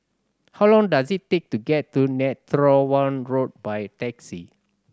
how long does it take to get to Netheravon Road by taxi